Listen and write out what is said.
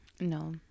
no